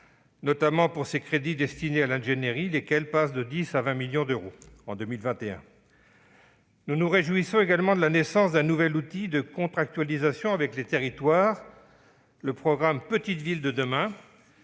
l'évolution des crédits destinés à l'ingénierie de 10 millions d'euros à 20 millions d'euros en 2021. Nous nous réjouissons également de la naissance d'un nouvel outil de contractualisation avec les territoires, le programme « Petites villes de demain ».